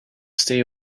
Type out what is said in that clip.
stay